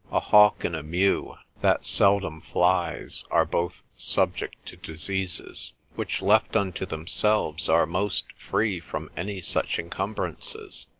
a hawk in a mew that seldom flies, are both subject to diseases which left unto themselves, are most free from any such encumbrances.